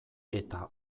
eta